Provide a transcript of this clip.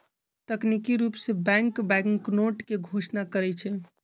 तकनिकी रूप से बैंक बैंकनोट के घोषणा करई छई